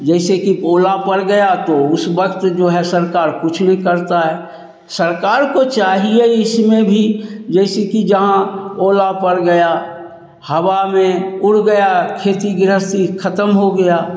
जैसे कि ओला पड़ गया तो उस वक़्त जो है सरकार कुछ नहीं करती है सरकार को चाहिए इसमें भी जैसे कि जहाँ ओला पड़ गया हवा में उड़ गया खेती गृहस्ती ख़त्म हो गया